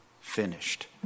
finished